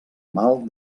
mal